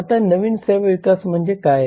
आता नवीन सेवा विकास म्हणजे काय